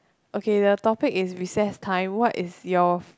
okay the topic is recess time what is your